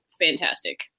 fantastic